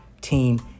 team